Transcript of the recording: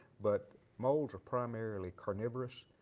but moles are primarily carnivorous.